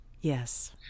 Yes